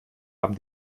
haben